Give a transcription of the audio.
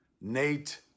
Nate